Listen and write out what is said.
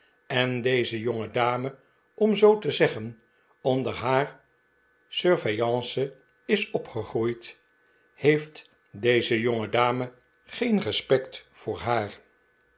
en deze jongedame om zoo te zeggen onder haar surveillance is opgegroeid heeft deze jongedame geen respect voor haar